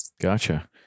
Gotcha